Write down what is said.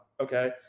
okay